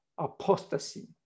apostasy